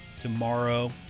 tomorrow